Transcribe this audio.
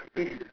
this